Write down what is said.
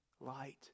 light